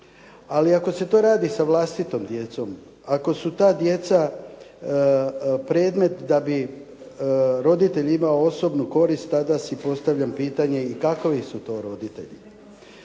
ali ako se to radi sa vlastitom djecom, ako su ta djeca predmet da bi roditelj imao osobnu korist tada si postavljam pitanje i kakovi su to roditelji.